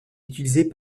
utilisées